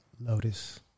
Lotus